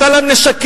נתן להם נשקים,